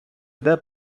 йде